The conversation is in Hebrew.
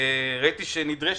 ראיתי שהבעיה,